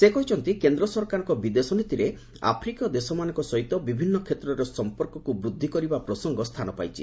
ସେ କହିଛନ୍ତି କେନ୍ଦ୍ର ସରକାରଙ୍କ ବିଦେଶ ନୀତିରେ ଆଫ୍ରିକୀୟ ଦେଶମାନଙ୍କ ସହିତ ବିଭିନ୍ନ କ୍ଷେତ୍ରରେ ସଂପର୍କକୁ ବୃଦ୍ଧି କରିବା ପ୍ରସଙ୍ଗ ସ୍ଥାନ ପାଇଛି